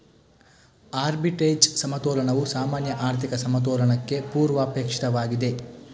arbitrage ಸಮತೋಲನವು ಸಾಮಾನ್ಯ ಆರ್ಥಿಕ ಸಮತೋಲನಕ್ಕೆ ಪೂರ್ವಾಪೇಕ್ಷಿತವಾಗಿದೆ